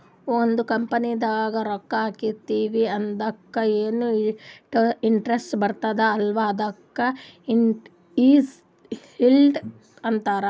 ಒಂದ್ ಕಂಪನಿದಾಗ್ ರೊಕ್ಕಾ ಹಾಕಿರ್ತಿವ್ ಅದುಕ್ಕ ಎನ್ ಇಂಟ್ರೆಸ್ಟ್ ಬರ್ತುದ್ ಅಲ್ಲಾ ಅದುಕ್ ಈಲ್ಡ್ ಅಂತಾರ್